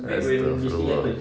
astaghfirullah